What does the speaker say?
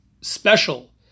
special